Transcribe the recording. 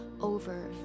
over